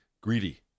greedy